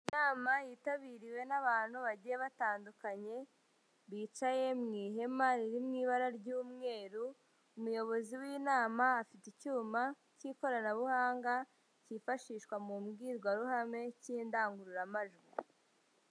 Inama yitabiriwe n'abantu bagiye batandukanye, bicaye mu ihema riri mu ibara ry'umweru, umuyobozi w'inama afite icyuma cy'ikoranabuhanga cyifashishwa mu mbwirwaruhame cy'indangururamajwi.